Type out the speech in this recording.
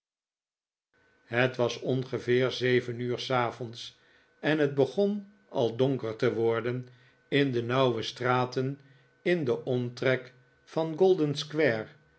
het was ongeveer zeven uur s avonds en het begon al donker te worden in de nauwe straten in den omtrek van